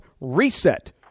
reset